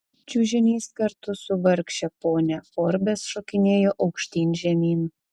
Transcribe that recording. čiužinys kartu su vargše ponia forbes šokinėjo aukštyn žemyn